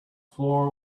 floor